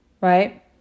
Right